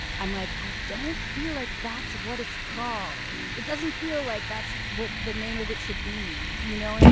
i'm like, i don't feel like that's what it's called! it doesn't feel like that's what the name of it should be. you know what i